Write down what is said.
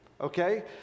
okay